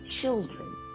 children